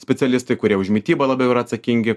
specialistai kurie už mitybą labiau yra atsakingi